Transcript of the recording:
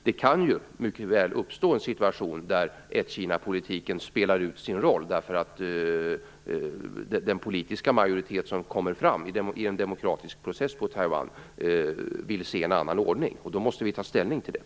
Det kan mycket väl uppstå en situation där "ett-Kinapolitiken" spelar ut sin roll därför att den politiska majoritet som kommer fram i en demokratisk process i Taiwan vill se en annan ordning. Då måste vi ta ställning till det.